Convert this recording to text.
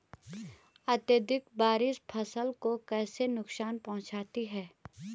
अत्यधिक बारिश फसल को कैसे नुकसान पहुंचाती है?